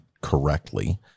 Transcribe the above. correctly